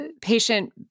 patient